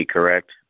Correct